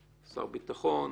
שר ביטחון,